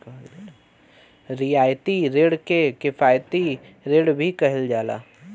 रियायती रिण के किफायती रिण भी कहल जाला